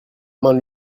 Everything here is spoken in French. main